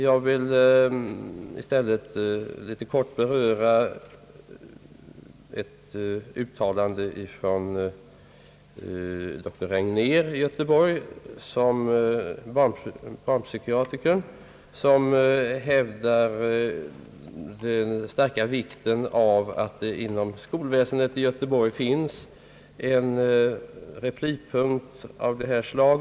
Jag vill i stället helt kort beröra ett uttalande av doktor Regnér, barnpsykiater i Göteborg, som hävdar den stora vikten av att det inom skolväsendet i Göteborg finns en replipunkt av detta slag.